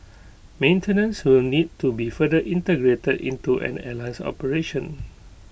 maintenance will need to be further integrated into an airline's operation